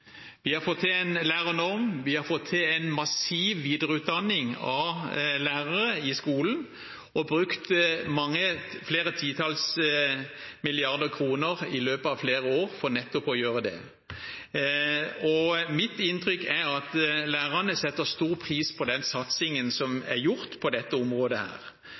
Vi har fått til en lærernorm, vi har fått til en massiv videreutdanning av lærere i skolen, og vi har brukt flere titalls milliarder kroner i løpet av flere år får å gjøre nettopp dette. Mitt inntrykk er at lærerne setter stor pris på den satsingen som er gjort på dette området.